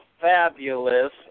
fabulous